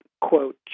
quote